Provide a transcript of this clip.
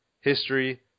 History